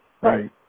Right